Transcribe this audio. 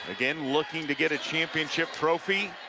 again, looking to get a championship trophy,